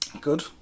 Good